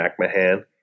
McMahon